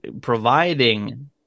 providing